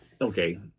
okay